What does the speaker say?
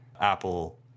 Apple